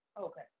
Okay